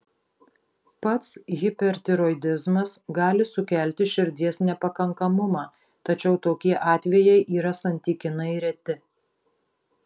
pats hipertiroidizmas gali sukelti širdies nepakankamumą tačiau tokie atvejai yra santykinai reti